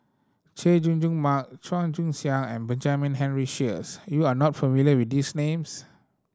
Chay Jung Jun Mark Chua Joon Siang and Benjamin Henry Sheares you are not familiar with these names